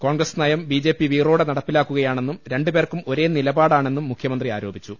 കോൺഗ്രസ് നയം B J P വീറോടെ നട പ്പിലാക്കുകയാണെന്നും രണ്ടുപേർക്കും ഒരേ നിലപാടാണെന്നും മുഖ്യമന്ത്രി ആരോപിച്ചു